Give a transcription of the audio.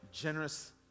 generous